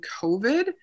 COVID